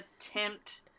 attempt